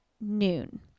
noon